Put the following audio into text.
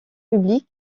public